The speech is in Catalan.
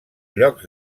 llocs